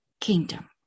kingdom